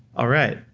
all right,